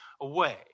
away